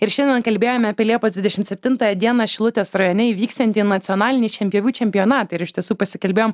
ir šiandien kalbėjome apie liepos dvidešim septintąją dieną šilutės rajone įvyksiantį nacionalinį šienpjovių čempionatą ir iš tiesų pasikalbėjom